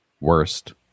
worst